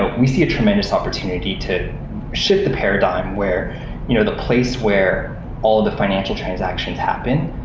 we see a tremendous opportunity to ship the paradigm where you know the place where all the financial transactions happen.